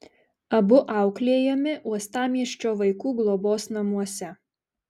abu auklėjami uostamiesčio vaikų globos namuose